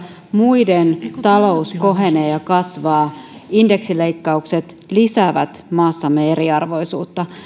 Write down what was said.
muiden talous kohenee ja kasvaa indeksileikkaukset lisäävät maassamme eriarvoisuutta